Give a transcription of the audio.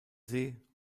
see